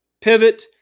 Pivot